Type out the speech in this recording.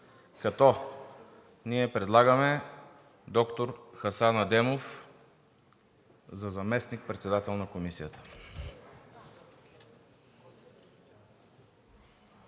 като ние предлагаме доктор Хасан Адемов за заместник председател на Комисията.